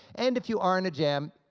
and if you are in a jam,